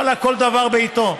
ואללה, כל דבר בעיתו.